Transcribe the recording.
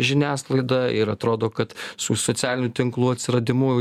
žiniasklaida ir atrodo kad su socialinių tinklų atsiradimu